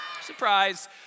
Surprise